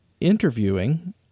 interviewing